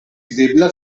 videbla